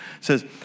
says